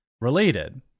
related